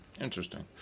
Interesting